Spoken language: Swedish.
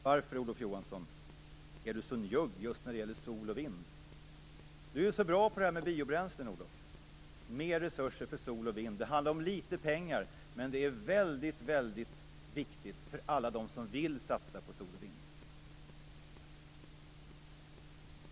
Varför är Olof Johansson så njugg just när det gäller sol och vind? Olof Johansson är ju så bra på detta med biobränslen. Det behövs mer resurser för sol och vind. Det handlar om litet pengar, men det är väldigt viktigt för alla dem som vill satsa på sol och vind.